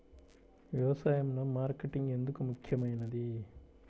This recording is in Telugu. వ్యసాయంలో మార్కెటింగ్ ఎందుకు ముఖ్యమైనది?